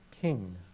king